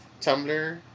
Tumblr